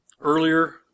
earlier